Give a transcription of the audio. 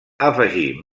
afegir